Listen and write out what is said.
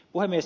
puhemies